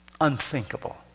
Unthinkable